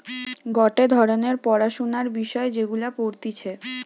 গটে ধরণের পড়াশোনার বিষয় যেগুলা পড়তিছে